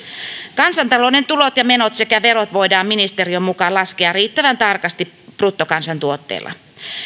kansantalouden tulot ja menot sekä verot voidaan ministeriön mukaan laskea riittävän tarkasti bruttokansantuotteella